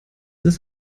ist